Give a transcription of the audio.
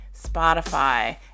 Spotify